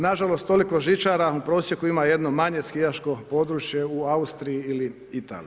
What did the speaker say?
Nažalost toliko žičara u prosjeku ima jedno manje skijaško područje u Austriji ili Italiji.